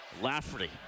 Lafferty